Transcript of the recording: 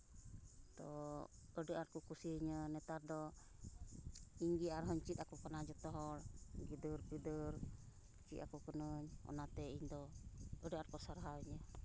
ᱛᱚ ᱟᱹᱰᱤ ᱟᱸᱴ ᱠᱚ ᱠᱩᱥᱤᱭᱟᱹᱧᱟᱹ ᱱᱮᱛᱟᱨ ᱫᱚ ᱤᱧ ᱜᱮ ᱟᱨᱦᱚᱧ ᱪᱮᱫ ᱟᱠᱚ ᱠᱟᱱᱟ ᱡᱚᱛᱚ ᱦᱚᱲ ᱜᱤᱫᱟᱹᱨᱼᱯᱤᱫᱟᱹᱨ ᱪᱮᱫ ᱟᱠᱚ ᱠᱟᱹᱱᱟᱹᱧ ᱚᱱᱟ ᱛᱮ ᱤᱧ ᱫᱚ ᱟᱹᱰᱤ ᱟᱸᱴ ᱠᱚ ᱥᱟᱨᱦᱟᱣᱤᱧᱟᱹ